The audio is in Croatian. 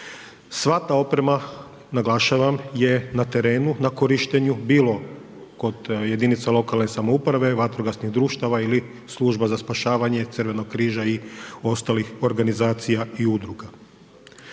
Sva ta oprema, naglašavam je na terenu, na korištenju, bilo kod jedinice lokalne samouprave, vatrogasnih društava ili služba za spašavanje Crvenog križa i ostalih organizacija i udruga.